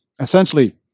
Essentially